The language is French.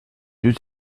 deux